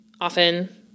often